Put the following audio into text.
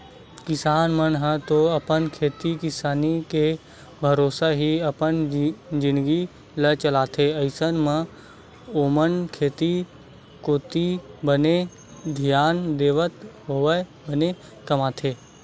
किसान मन ह तो अपन खेती किसानी के भरोसा ही अपन जिनगी ल चलाथे अइसन म ओमन खेती कोती बने धियान देवत होय बने कमाथे